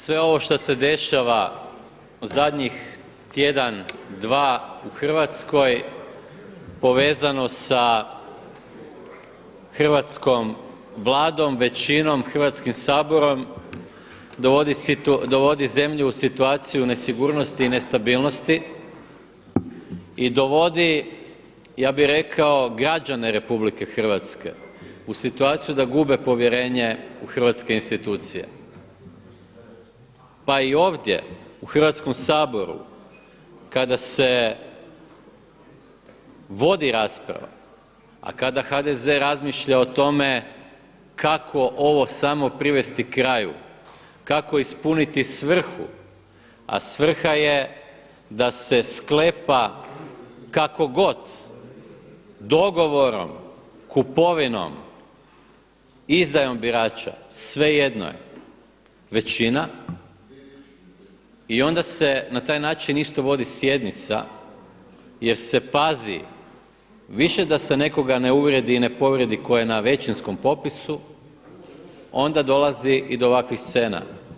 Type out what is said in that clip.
Sve ovo šta se dešava u zadnjih tjedan, dva u Hrvatskoj povezano za hrvatskom Vladom većinom, Hrvatskim saborom dovodi zemlju u situaciju nesigurnosti i nestabilnosti i dovodi građane RH u situaciju da gube povjerenje u hrvatske institucije. pa i ovdje u Hrvatskom saboru kada se vodi rasprava, a kada HDZ razmišlja o tome kako ovo samo privesti kraju, kako ispuniti svrhu, a svrha je da se sklepa kakogod dogovorom, kupovinom, izdajom birača, svejedno je većina i onda se na taj način isto vodi sjednica jer se pazi više da se nekoga ne uvrijedi i ne povrijedi tko je na većinskom popisu onda dolazi i do ovakvih scena.